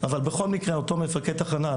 אבל בכל מקרה אותו מפקד תחנה,